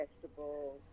vegetables